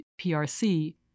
PRC